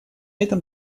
этом